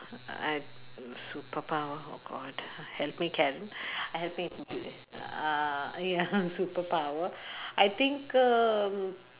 I've superpower oh god help me Karen help me into th~ uh ya superpower I think um